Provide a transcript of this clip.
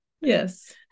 Yes